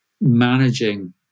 managing